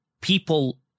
people